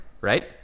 right